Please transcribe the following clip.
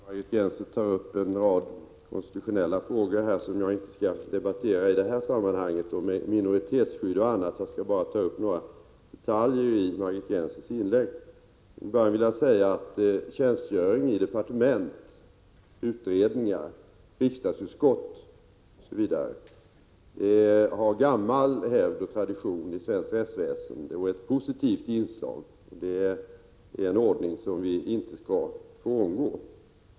Fru talman! Margit Gennser tar upp en rad konstitutionella frågor om minoritetsskydd och annat, som jag inte skall debattera i det här sammanhanget. Jag skall bara ta upp några detaljer i Margit Gennsers inlägg. Till en början vill jag säga att tjänstgöring i departement, utredningar, riksdagsutskott osv. har gammal hävd i traditionen inom svenskt rättsväsende och är ett positivt inslag där. Det är en ordning som vi inte skall frångå.